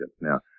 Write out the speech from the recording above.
Now